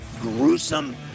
gruesome